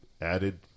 added